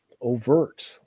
overt